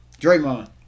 Draymond